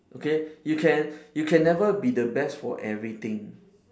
okay you can you can never be the best for everything